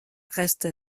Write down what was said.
reste